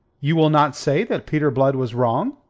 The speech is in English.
you will not say that peter blood was wrong?